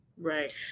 Right